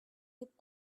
дип